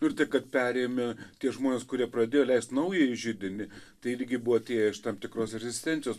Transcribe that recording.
ir tai kad perėmė tie žmonės kurie pradėjo leist naująjį židinį tai irgi buvo atėję iš tam tikros rezistencijos